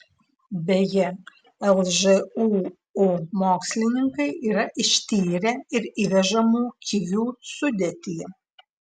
beje lžūu mokslininkai yra ištyrę ir įvežamų kivių sudėtį